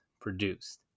produced